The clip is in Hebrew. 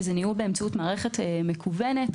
שזה ניהול באמצעות מערכת מקוונת,